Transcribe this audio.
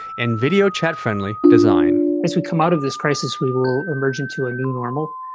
and video chat-friendly design. as we come out of this crisis, we will emerge into a new normal,